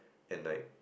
and like